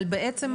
אבל בעצם,